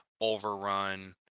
overrun